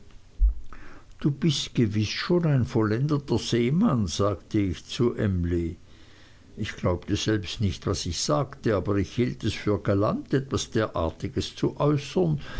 du bist gewiß schon ein vollendeter seemann sagte ich zu emilie ich glaubte selbst nicht was ich sagte aber ich hielt es für galant etwas derartiges zu